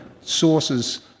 sources